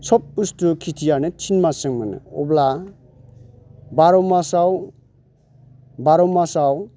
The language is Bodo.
सब बुस्थु खिथिआनो थिन मासजों मोनो अब्ला बार' मासाव बार' मासाव